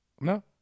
No